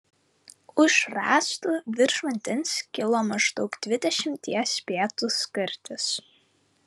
už rąstų virš vandens kilo maždaug dvidešimties pėdų skardis